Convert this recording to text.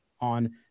on